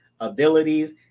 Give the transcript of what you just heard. abilities